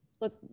Look